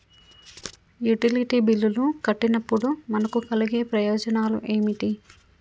Utility బిల్లులు కట్టినప్పుడు మనకు కలిగే ప్రయోజనాలు ఏమిటి?